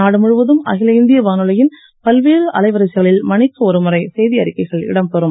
நாடு முழுவதும் அகில இந்திய வானொலியின் பல்வேறு அலைவரிசைகளில் மணிக்கு ஒருமுறை செய்தி அறிக்கைகள் இடம் பெறும்